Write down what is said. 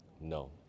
No